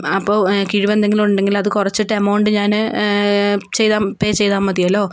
അപ്പോൾ കിഴിവെന്തെങ്കിലും ഉണ്ടെങ്കിൽ അത് കുറച്ചിട്ട് എമൗണ്ട് ഞാൻ ചെയ്താൽ പേയ് ചെയ്താൽ മതിയല്ലോ